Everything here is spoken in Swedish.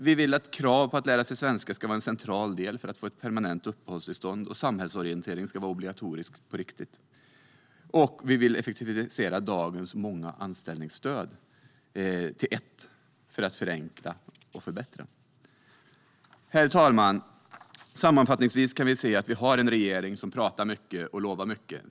Vi vill att krav på att lära sig svenska ska vara en central del för att få permanent uppehållstillstånd, och vi vill att samhällsorienteringen ska vara obligatorisk på riktigt. Vi vill också effektivisera dagens många anställningsstöd till ett för att förenkla och förbättra. Herr talman! Sammanfattningsvis kan vi se att vi har en regering som pratar mycket och lovar mycket.